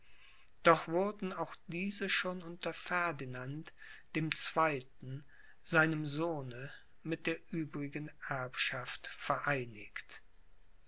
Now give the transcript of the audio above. doch wurden auch diese schon unter ferdinand dem zweiten seinem sohne mit der übrigen erbschaft vereinigt